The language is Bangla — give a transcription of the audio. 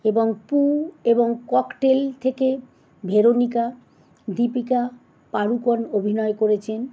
এবং পু এবং ককটেল থেকে ভেরোনিকা দীপিকা পাড়ুকোন অভিনয় করেছেন